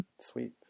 sweet